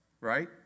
right